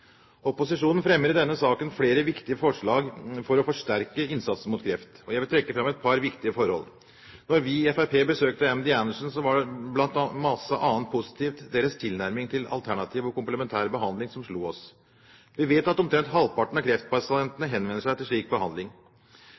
Opposisjonen fremmer i denne saken flere viktige forslag for å forsterke innsatsen mot kreft. Jeg vil trekke fram et par viktige forhold. Da vi i Fremskrittspartiet besøkte MD Anderson, var det blant mye annet positivt deres tilnærming til alternativ og komplementær behandling som slo oss. Vi vet at omtrent halvparten av kreftpasientene henvender seg til slik behandling.